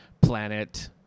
planet